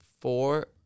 four